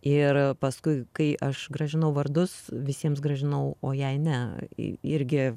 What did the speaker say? ir paskui kai aš grąžinau vardus visiems grąžinau o jai ne į irgi